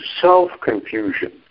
self-confusion